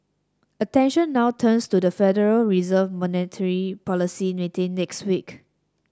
attention now turns to the Federal Reserve monetary policy next week